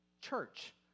church